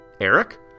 Eric